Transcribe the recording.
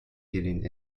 getting